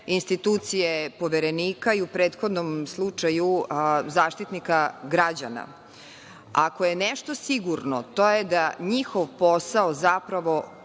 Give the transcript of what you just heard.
institucije poverenika i u prethodnom slučaju Zaštitnika građana. Ako je nešto sigurno, to je da njihov posao zapravo